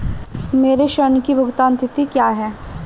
मेरे ऋण की भुगतान तिथि क्या है?